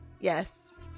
Yes